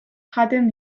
jaten